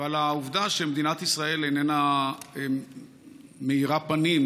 ועל העובדה שמדינת ישראל איננה מאירה פנים,